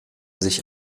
sich